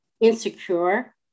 insecure